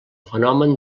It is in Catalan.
fenomen